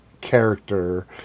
character